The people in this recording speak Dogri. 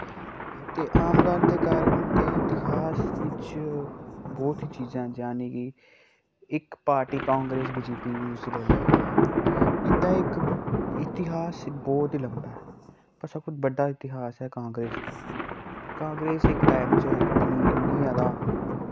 ते आम गल्ल दे कारण ते इतिहास विच्च बोह्त ही चीजां न जानिकि इक party Congress BJP दी उस्सी लेलो इंदा इक इतिहास बोह्त ही लंबा ऐ पर सबतो बड्डा इतिहास ऐ कांग्रेस दा कांग्रेस इक टाइम च इतनी इन्नी जैदा